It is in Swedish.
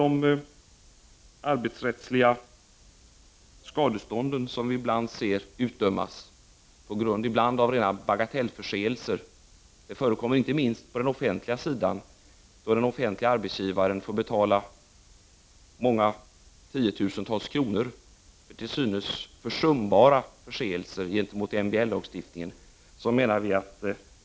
De arbetsrättsliga skadestånden utdöms ibland på grund av rena bagateller, inte minst på den offentliga sidan, där arbetsgivare får betala tiotusentals kronor för till synes försumbara förseelser mot MBL.